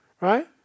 Right